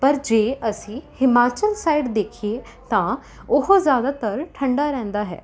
ਪਰ ਜੇ ਅਸੀਂ ਹਿਮਾਚਲ ਸਾਈਡ ਦੇਖੀਏ ਤਾਂ ਉਹ ਜ਼ਿਆਦਾਤਰ ਠੰਡਾ ਰਹਿੰਦਾ ਹੈ